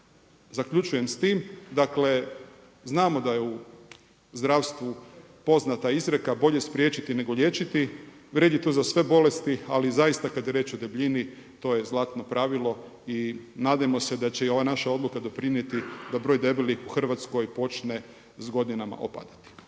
zaključujem s tim, znamo da je u zdravstvu poznata izreka bolje spriječiti nego liječiti, vrijedi to sve za bolesti, ali zaista kada je riječ o debljini to je zlatno pravilo i nadajmo se da će i ova naša odluka doprinijeti da broj debelih u Hrvatskoj počne s godinama opadati.